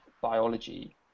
biology